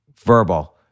verbal